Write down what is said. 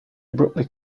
abruptly